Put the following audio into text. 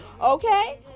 okay